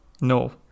No